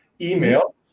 email